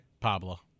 Pablo